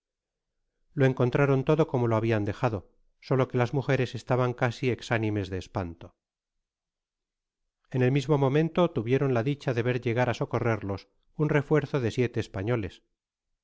lo encontraron todo eomo lo habian dejado solo que las mujeres estaban casi exánimes de espanto en el mismo momento tuvieron la dioha de ver llegar a socorrerlos un refuerzo de siete españoles